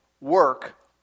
work